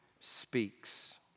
speaks